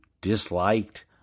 disliked